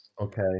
okay